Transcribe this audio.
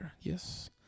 Yes